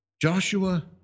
Joshua